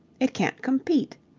it can't compete.